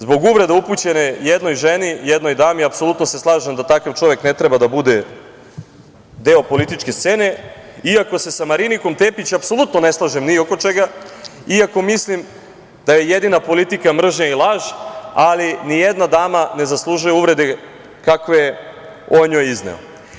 Zbog uvreda upućenih jednoj ženi, jednoj dami, apsolutno se slažem da takav čovek ne treba da bude deo političke scene, iako se sa Marinikom Tepić apsolutno ne slažem ni oko čega, iako mislim da je jedina politika mržnja i laž, ali nijedna dama ne zaslužuje uvrede kakve je on o njoj izneo.